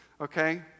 okay